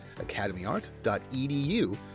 academyart.edu